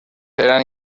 eran